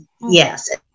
yes